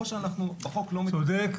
או שאנחנו בחוק --- צודק,